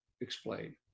explain